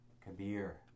Kabir